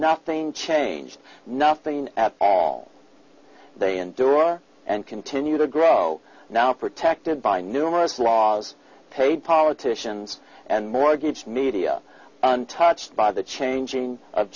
nothing changed nothing at all they endure and continue to grow now protected by numerous laws paid politicians and mortgage media untouched by the changing of